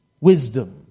Wisdom